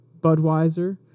Budweiser